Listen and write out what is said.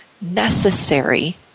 necessary